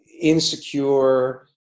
insecure